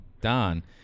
Don